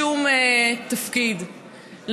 בשום תפקיד,